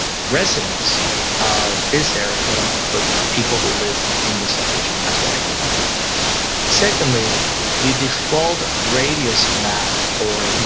residents of this area that i'm gonna put people who live in this location. that's what i did. i'm yet secondly the default radius map or you